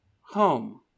home